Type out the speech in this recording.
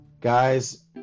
Guys